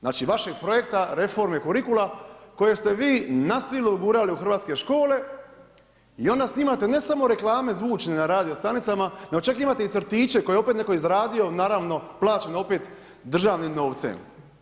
Znači vašeg projekta, reforme kurikula koji ste vi na silu ugurali u hrv. škole i onda snimate, ne samo reklame zvučne na radio stanicama, nego čak imate i crtiće koje je opet netko izradio, naravno plaćeno opet državnim novcem.